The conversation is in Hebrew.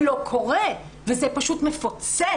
ולא קורה, וזה פשוט מפוצץ.